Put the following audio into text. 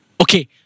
Okay